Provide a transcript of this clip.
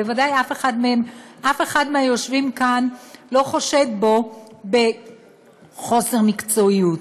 בוודאי אף אחד מהיושבים כאן לא חושד בו בחוסר מקצועיות.